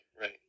Right